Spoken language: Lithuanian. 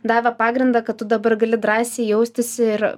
davė pagrindą kad tu dabar gali drąsiai jaustis ir